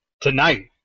Tonight